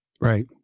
right